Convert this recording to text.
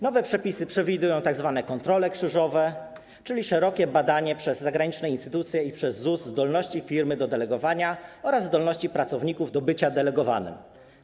Nowe przepisy przewidują tzw. kontrole krzyżowe, czyli szerokie badanie przez zagraniczne instytucje i przez ZUS zdolności firmy do delegowania oraz zdolności pracowników do bycia delegowanymi.